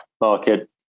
market